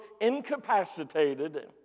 incapacitated